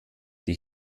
die